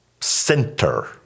center